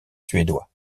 suédois